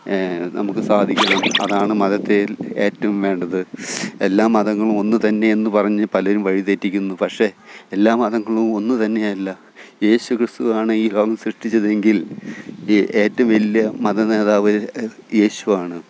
നമുക്ക് സാധിക്കുന്നു അതാണ് മതത്തേല് ഏറ്റോം വേണ്ടത് എല്ലാ മതങ്ങളും ഒന്നു തന്നെ എന്നുപറഞ്ഞ് പലരും വഴി തെറ്റിക്കുന്നു പക്ഷേ എല്ലാ മതങ്ങളും ഒന്നു തന്നെ അല്ല യേശു ക്രിസ്തുവാണ് ഈ ലോകം സൃഷ്ടിച്ചതെങ്കില് ഈ ഏറ്റവും വലിയ മത നേതാവ് യേശുവാണ്